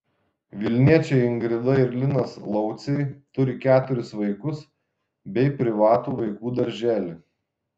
vilniečiai ingrida ir linas lauciai turi keturis vaikus bei privatų vaikų darželį